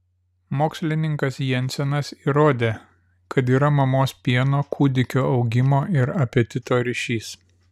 mokslininkas jensenas įrodė kad yra mamos pieno kūdikio augimo ir apetito ryšys